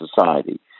society